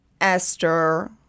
Esther